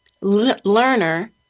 learner